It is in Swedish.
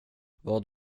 vad